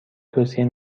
توصیه